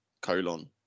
colon